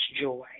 joy